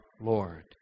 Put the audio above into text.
Lord